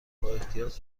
بااحتیاط